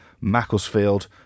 Macclesfield